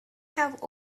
have